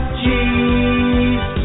cheese